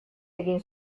egin